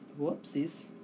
Whoopsies